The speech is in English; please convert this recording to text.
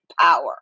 power